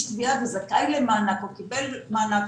תביעה וזכאי למענק" או "קיבל מענק"",